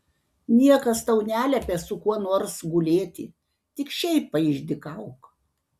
niekas tau neliepia su kuo nors gulėti tik šiaip paišdykauk